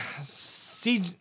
See